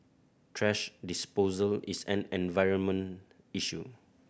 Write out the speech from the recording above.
thrash disposal is an environment issue